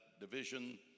division